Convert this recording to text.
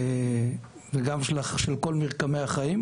נושא שני: